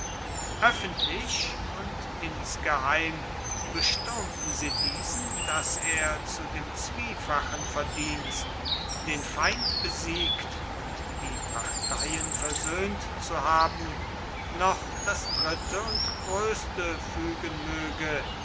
öffentlich und insgeheim bestürmten sie diesen daß er zu dem zwiefachen verdienst den feind besiegt und die parteien versöhnt zu haben noch das dritte und größte fügen möge